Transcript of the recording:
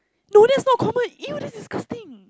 no that's not common !eww! that's disgusting